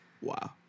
Wow